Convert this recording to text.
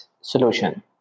solution